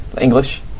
English